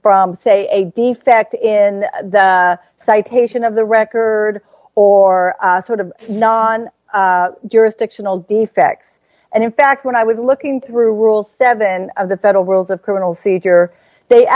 from say a defect in the citation of the record or a sort of non jurisdictional defect and in fact when i was looking through rule seven of the federal rules of criminal seizure they